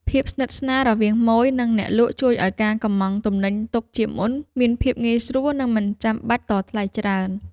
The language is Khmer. ភាពស្និទ្ធស្នាលរវាងម៉ូយ និងអ្នកលក់ជួយឱ្យការកុម្ម៉ង់ទំនិញទុកជាមុនមានភាពងាយស្រួល និងមិនចាំបាច់តថ្លៃច្រើន។